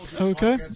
Okay